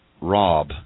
Rob